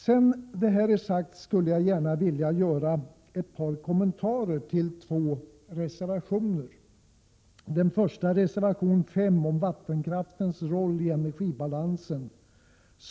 Sedan jag har sagt detta skulle jag gärna vilja göra ett par kommentarer till två reservationer. Den första av dem är reservation 5 från folkpartiet om vattenkraftens roll i energibalansen.